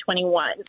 2021